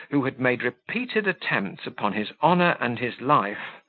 who had made repeated attempts upon his honour and his life.